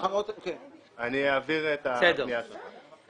אני אעביר את הפנייה שלך.